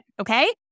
Okay